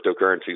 cryptocurrencies